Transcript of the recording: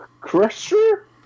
Crusher